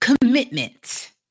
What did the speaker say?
commitment